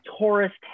tourist